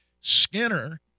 Skinner